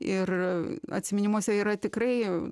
ir atsiminimuose yra tikrai